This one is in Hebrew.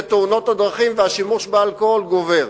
ותאונות הדרכים והשימוש באלכוהול גוברים.